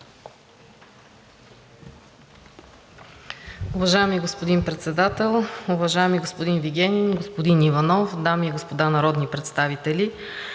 Благодаря